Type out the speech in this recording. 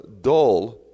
dull